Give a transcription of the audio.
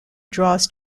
draws